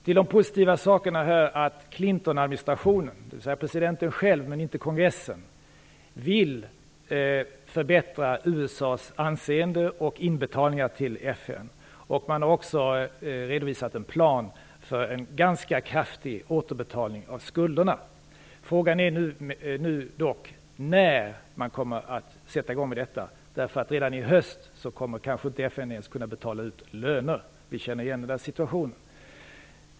Till de positiva sakerna hör att Clintonadministrationen, dvs. presidenten själv men inte kongressen, vill förbättra USA:s anseende vad gäller inbetalningar till FN. Man har också redovisat en plan för en ganska kraftig återbetalning av skulderna. Frågan är nu när man kommer att sätta i gång med detta. Redan i höst kommer kanske FN inte ens att kunna betala ut löner. Vi känner igen situationen.